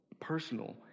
personal